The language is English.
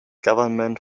government